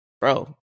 bro